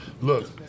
Look